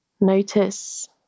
Notice